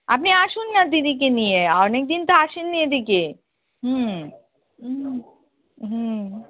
আপনি আসুন না দিদিকে নিয়ে অনেকদিন তো আসেননি এদিকে হুম হুম